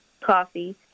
coffee